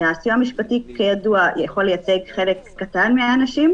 וכידוע הסיוע המשפטי יכול לייצג חלק קטן מהאנשים,